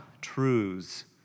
truths